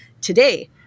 Today